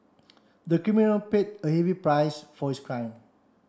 the criminal paid a heavy price for his crime